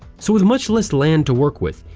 so with much less land to work with,